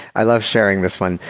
i love sharing this one.